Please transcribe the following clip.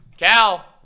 Cal